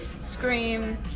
scream